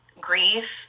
grief